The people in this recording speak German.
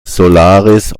solaris